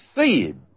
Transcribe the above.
seed